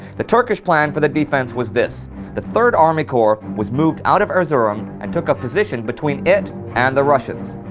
the turkish plan for the defense was this the third army corps was moved out of erzurum and took a position between it and the russians,